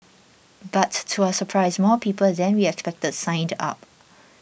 but to our surprise more people than we expected signed up